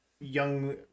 young